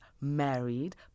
married